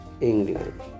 England